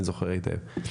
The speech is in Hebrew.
אני זוכר היטב.